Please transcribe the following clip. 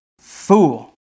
Fool